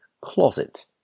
closet